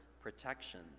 protection